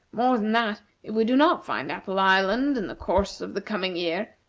more than that, if we do not find apple island in the course of the coming year,